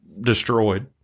destroyed